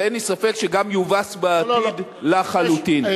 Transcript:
ואין לי ספק שגם יובס בעתיד, לחלוטין.